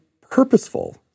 purposeful